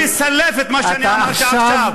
אתה מסלף את מה שאני אמרתי עכשיו.